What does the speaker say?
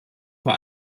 vor